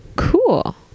Cool